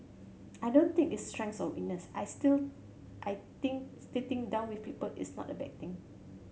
I don't think it's strength or weakness I still I think sitting down with people is not a bad thing